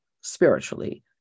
spiritually